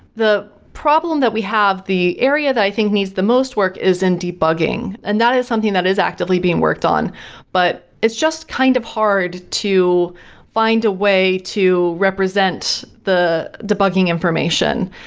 the problem that we have, the area that i think needs the most work is in debugging and that is something that is actively being worked on but it's just kind of hard to find a way to represent the debugging information.